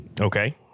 Okay